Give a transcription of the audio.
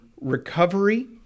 recovery